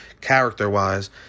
character-wise